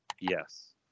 Yes